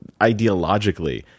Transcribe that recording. ideologically